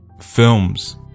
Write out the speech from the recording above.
films